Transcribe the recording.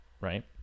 Right